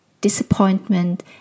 disappointment